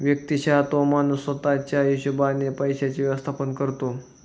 व्यक्तिशः तो माणूस स्वतः च्या हिशोबाने पैशांचे व्यवस्थापन करतो